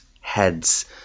heads